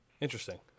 Interesting